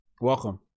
Welcome